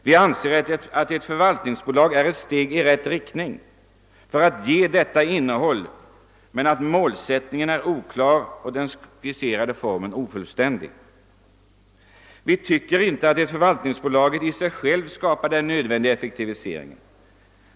Vi anser att ett förvaltningsbolag är ett steg i rätt riktning för att ge detta innehåll men att målsättningen är oklar och den skisserade formen ofullständig. Vi tycker inte att förvaltningsbolaget i sig självt skapar de nödvändiga effektiviseringarna.